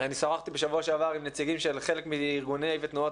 אני שוחחתי בשבוע שעבר עם נציגים של חלק מארגוני ותנועות